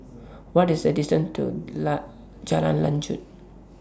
What IS The distance to Jalan Lanjut